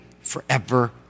forever